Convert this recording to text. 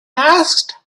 asked